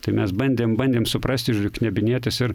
tai mes bandėm bandėm suprasti knebinėtis ir